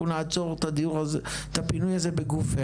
אנחנו נעצור את הפינוי הזה בגופינו.